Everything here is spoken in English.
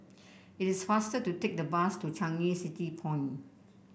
it is faster to take the bus to Changi City Point